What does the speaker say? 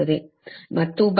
ಮತ್ತು ಭಾಗ